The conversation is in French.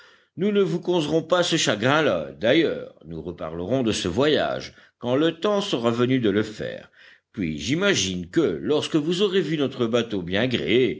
nous ne vous causerons pas ce chagrin là d'ailleurs nous reparlerons de ce voyage quand le temps sera venu de le faire puis j'imagine que lorsque vous aurez vu notre bateau bien gréé